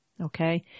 okay